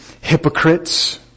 hypocrites